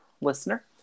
listener